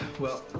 well,